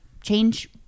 change